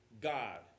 God